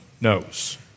knows